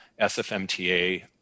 SFMTA